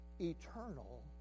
Eternal